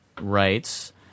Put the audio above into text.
writes